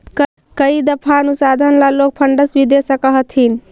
कई दफा अनुसंधान ला लोग भी फंडस दे सकअ हथीन